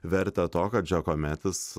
vertę to kad džakometis